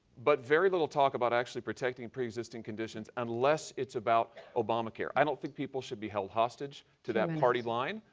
but very little talk about actually protecting pre-existing conditions unless it's about obamacare. i don't think people should be held hostage to that party line.